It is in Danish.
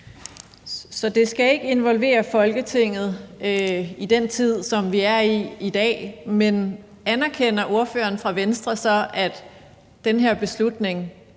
Så det skal ikke involvere Folketinget i den tid, som vi er i i dag, men anerkender ordføreren fra Venstre så, at den her beslutning